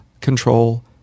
control